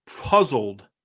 puzzled